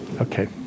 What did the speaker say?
Okay